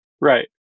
Right